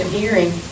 hearing